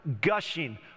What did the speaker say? gushing